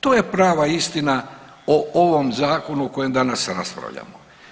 To je prava istina o ovom Zakonu o kojem danas raspravljamo.